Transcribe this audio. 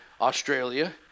Australia